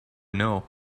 know